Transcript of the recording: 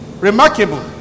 remarkable